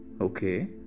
Okay